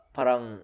Parang